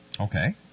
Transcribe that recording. Okay